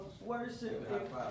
worship